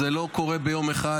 זה לא קורה ביום אחד,